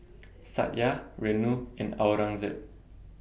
Satya Renu and Aurangzeb